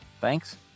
Thanks